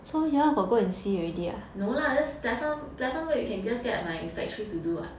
no lah just platform platform we can just get my factory to do [what]